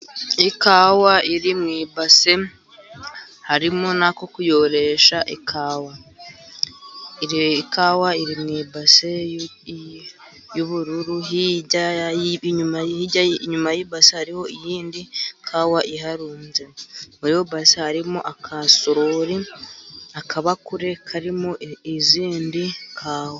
Ikawa iri mu ibase harimo n'ako kuyoresha ikawa. Ikawa iri mu ibase y'ubururu, hirya inyuma y'ibase hariho iyindi kawa iharunze, muri iyo basi harimo agasorori, akabakure karimo izindi kawa.